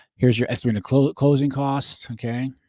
here's your estimated closing closing costs. okay.